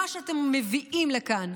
מה שאתם מביאים לכאן,